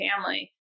family